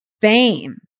fame